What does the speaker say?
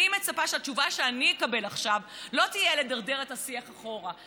אני מצפה שהתשובה שאני אקבל עכשיו לא תהיה לדרדר את השיח אחורה.